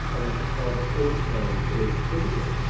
and then pretend that all the pain is physical,